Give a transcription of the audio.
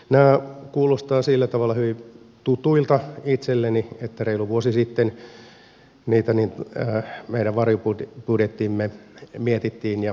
nämä kuulostavat sillä tavalla hyvin tutuilta itselleni että reilu vuosi sitten niitä meidän varjobudjettiimme mietittiin ja oltiin laittamassa